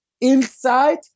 inside